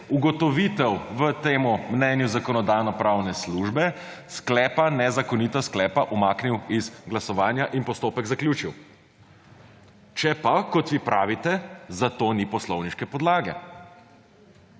ugotovitev v tem mnenju Zakonodajno-pravne službe nezakonita sklepa umaknil iz glasovanja in postopek zaključil, če pa, kot vi pravite, za to ni poslovniške podlage.